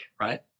right